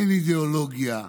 אין אידיאולוגיה,